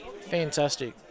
Fantastic